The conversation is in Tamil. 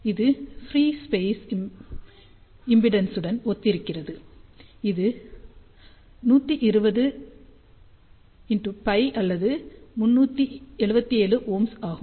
இது ஃப்ரீ ஸ்பேஸ் இம்பெடன்ஸுடன் ஒத்திருக்கிறது இது 120π அல்லது 377Ω ஆகும்